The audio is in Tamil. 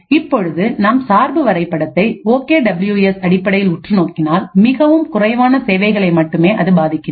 இப்பொழுது நாம் சார்பு வரைபடத்தை ஓ கே டபிள்யூ எஸ் அடிப்படையில் உற்றுநோக்கினால் மிகவும் குறைவான சேவைகளை மட்டுமே அது பாதிக்கின்றது